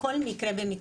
בכל מקרה ומקרה,